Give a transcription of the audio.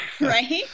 Right